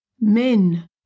Men